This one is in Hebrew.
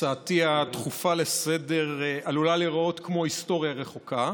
הצעתי הדחופה לסדר-היום עלולה להיראות כמו היסטוריה רחוקה.